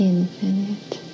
Infinite